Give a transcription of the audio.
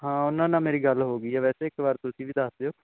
ਹਾਂ ਉਹਨਾਂ ਨਾਲ ਮੇਰੀ ਗੱਲ ਹੋ ਗਈ ਹੈ ਵੈਸੇ ਇੱਕ ਵਾਰ ਤੁਸੀਂ ਵੀ ਦੱਸ ਦਿਓ